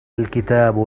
الكتاب